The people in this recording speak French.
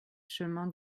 chemin